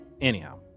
Anyhow